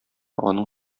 аның